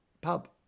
pub